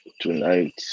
tonight